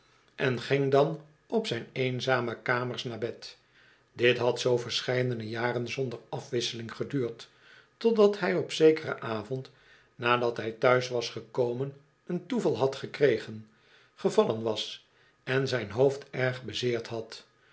en ging dan op zijn eenzame kamers naar bed dit had zoo verscheidene jaren zonder afwisseling geduurd totdat hij op zekeren avond nadat hij thuis was gekomen een toeval had gekregen gevallen was en zijn hoofd erg bezeerd had